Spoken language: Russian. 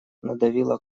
надавила